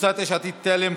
קבוצת סיעת יש עתיד-תל"ם,